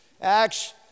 Acts